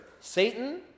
Satan